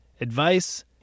Advice